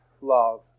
love